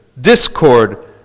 discord